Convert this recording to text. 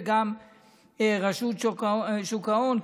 וגם רשות שוק ההון,